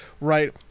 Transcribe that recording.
right